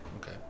Okay